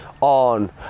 on